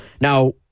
now